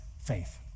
faith